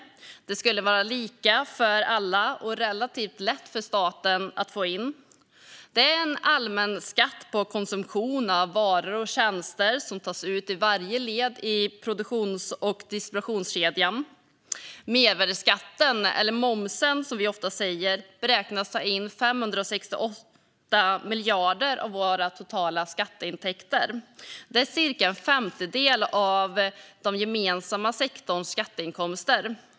Den skulle vara lika för alla och relativt lätt för staten att få in. Det är en allmän skatt på konsumtion av varor och tjänster som tas ut i varje led i produktions och distributionskedjan. Mervärdesskatten, eller momsen, som vi ofta säger, beräknas ta in 568 miljarder av våra totala skatteintäkter. Det är cirka en femtedel av den gemensamma sektorns skatteinkomster.